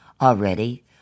Already